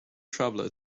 traveller